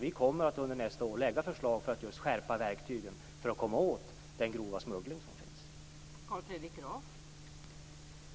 Vi kommer under nästa år att lägga fram förslag i syfte att skärpa verktygen för att komma åt den grova smuggling som förekommer.